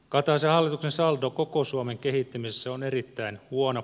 kataisen hallituksen saldo koko suomen kehittämisessä on erittäin huono